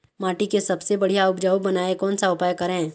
माटी के सबसे बढ़िया उपजाऊ बनाए कोन सा उपाय करें?